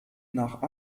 nach